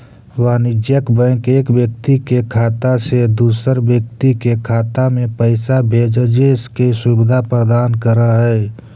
वाणिज्यिक बैंक एक व्यक्ति के खाता से दूसर व्यक्ति के खाता में पैइसा भेजजे के सुविधा प्रदान करऽ हइ